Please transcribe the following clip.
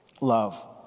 love